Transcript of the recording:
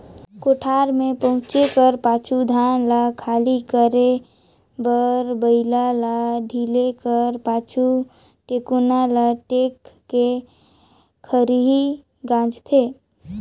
कोठार मे पहुचे कर पाछू धान ल खाली करे बर बइला ल ढिले कर पाछु, टेकोना ल टेक के खरही गाजथे